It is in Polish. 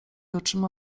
oczyma